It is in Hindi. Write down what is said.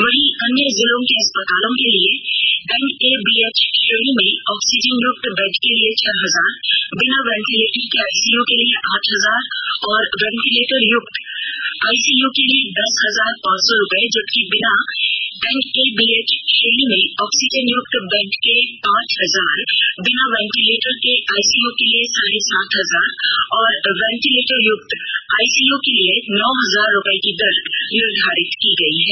वहीं अन्य जिलों के अस्पतालों के लिए एनएबीएच श्रेणी में ऑक्सीजनयुक्त बेड के लिए छह हजार बिना वेंटीलेटर के आईसीयू के लिए आठ हजार और वेंटीलेटरयुक्त आईसीयू के लिए दस हजार पांच सौ रूपये जबकि बिना एनएबीएच श्रेणी में ऑक्सीजनयुक्त बेड के पांच हजार बिना वेंटीलेटर के आईसीयू के लिए साढ़े सात हजार और वेंटीलेटरयुक्त आईसीयू के लिए नौ हजार रूपये की दर निर्धारित की गयी हैं